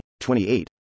28